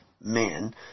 men